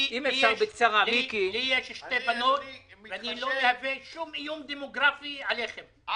לי יש שתי בנות ואני לא מהווה שום איום דמוגרפי עליכם,